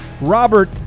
Robert